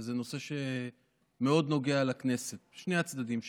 וזה נושא שמאוד נוגע לכנסת משני הצדדים שלה.